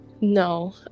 No